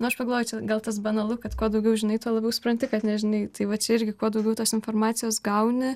nu aš pagalvočiau gal tas banalu kad kuo daugiau žinai tuo labiau supranti kad nežinai tai va čia irgi kuo daugiau tos informacijos gauni